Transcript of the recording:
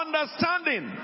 Understanding